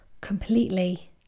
completely